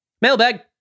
Mailbag